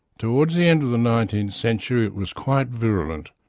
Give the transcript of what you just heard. towards the end of the nineteenth century it was quite virulent,